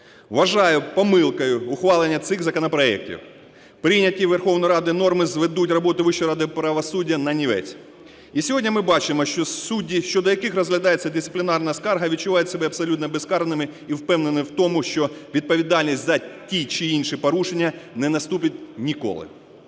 Вважаю помилкою ухвалення цих законопроектів. Прийняті Верховною Радою норми зведуть роботу Вищої ради правосуддя нанівець. І сьогодні ми бачимо, що судді, щодо яких розглядається дисциплінарна скарга, відчувають себе абсолютно безкарними і впевненими в тому, що відповідальність за ті чи інші порушення не наступить ніколи.